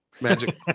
magic